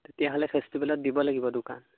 তেতিয়াহ'লে ফেষ্টিভেলত দিব লাগিব দোকান